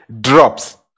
drops